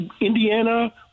Indiana